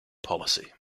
policy